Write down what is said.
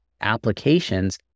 applications